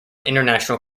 international